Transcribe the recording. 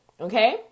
okay